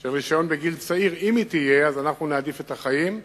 של רשיון בגיל צעיר, אז אנחנו נעדיף את החיים,